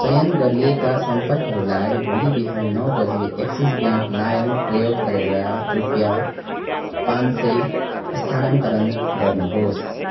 चयन गरिएका सम्पर्कहरूलाई भोलि बिहान नौ बजी एक्सिस ब्याङ्क लाइम प्रयोग गरेर रुपियाँ पाँच सय स्थानान्तरण गर्नुहोस्